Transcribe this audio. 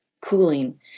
cooling